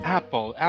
Apple